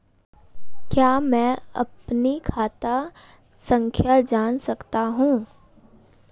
क्या मैं अपनी खाता संख्या जान सकता हूँ?